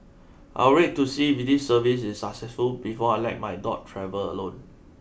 I'll wait to see if this service is successful before I let my dog travel alone